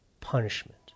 punishment